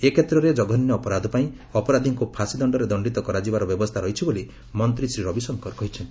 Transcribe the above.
ଏ କ୍ଷେତ୍ରରେ ଜଘନ୍ୟ ଅପରାଧ ପାଇଁ ଅପରାଧୀଙ୍କୁ ଫାଶୀଦଣ୍ଡରେ ଦଣ୍ଡିତ କରାଯିବାର ବ୍ୟବସ୍ଥା ରହିଛି ବୋଲି ମନ୍ତ୍ରୀ ଶ୍ରୀ ରବିଶଙ୍କର କହିଛନ୍ତି